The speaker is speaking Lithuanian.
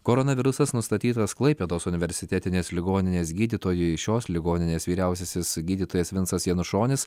koronavirusas nustatytas klaipėdos universitetinės ligoninės gydytojui šios ligoninės vyriausiasis gydytojas vincas janušonis